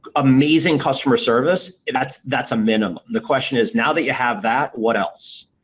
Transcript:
ah amazing customer service, that's that's a minimum. the question is now that you have that, what else?